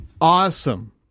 awesome